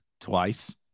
twice